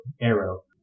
arrow